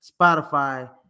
Spotify